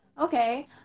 Okay